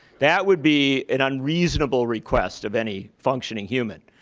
that would be an unreasonable request of any functioning human.